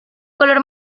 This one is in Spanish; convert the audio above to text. color